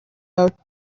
out